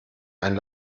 ein